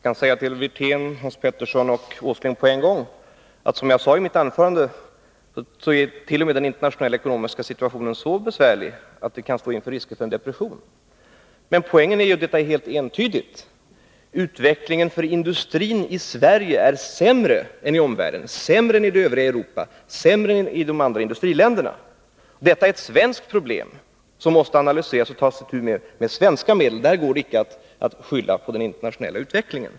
Fru talman! Jag kan säga till Rolf Wirtén, Hans Petersson i Hallstahammar och Nils Åsling på en gång: Som jag sade i mitt tidigare anförande är den internationella ekonomiska situationen så besvärlig att vi kan stå inför risker för en depression. Men poängen är helt entydig: utvecklingen för industrin i Sverige är sämre än i omvärlden, i det övriga Europa, i de andra industriländerna. Detta är ett svenskt problem som måste analyseras och angripas med svenska medel — det går inte att skylla på den internationella utvecklingen.